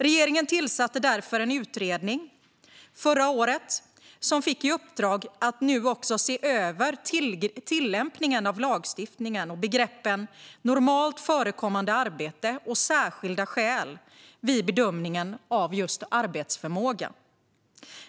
Regeringen tillsatte därför förra året en utredning som fick i uppdrag att se över tillämpningen av lagstiftningen och begreppen "normalt förekommande arbete" och "särskilda skäl" vid bedömningen av just arbetsförmåga.